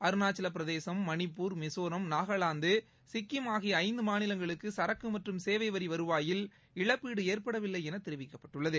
அருணாச்சல பிரதேசம் மணிப்பூர் மிசோரம் நாகாலாந்து சிக்கிம் ஆகிய ஐந்து மாநிலங்களுக்கு சரக்கு மற்றும் சேவை வரி வருவாயில் இழப்பீடு ஏற்படவில்லை என தெரிவிக்கப்பட்டுள்ளது